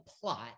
plot